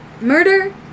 murder